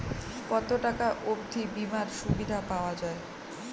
কত টাকা অবধি বিমার সুবিধা পাওয়া য়ায়?